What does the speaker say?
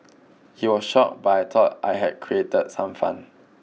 he was shocked but I thought I had create some fun